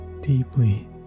deeply